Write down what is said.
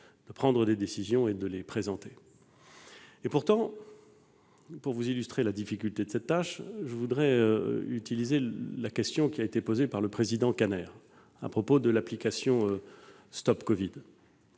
de prendre des décisions et de les présenter. Pour illustrer néanmoins la difficulté de cette tâche, je voudrais utiliser la question qui a été posée par le président Kanner à propos de l'application StopCovid.